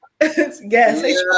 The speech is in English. Yes